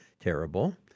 terrible